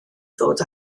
ddod